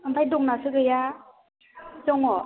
ओमफ्राय दंनासो गैया दङ